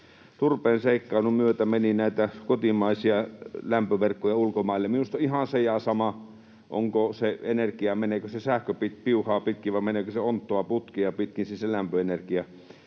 turpeen seikkailun myötä meni näitä kotimaisia lämpöverkkoja ulkomaille. Minusta on ihan se ja sama, meneekö se energia sähköpiuhaa pitkin vai meneekö se onttoa putkea pitkin, siis se lämpöenergia.